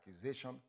accusation